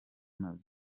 byari